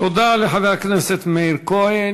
תודה לחבר הכנסת מאיר כהן.